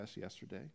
yesterday